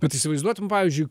bet įsivaizduotum pavyzdžiui